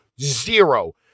Zero